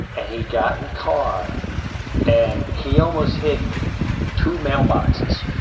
and he got in the car and he almost hit two mailboxes.